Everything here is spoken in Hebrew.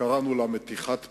שקראנו לה "מתיחת פנים"